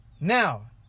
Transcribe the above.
Now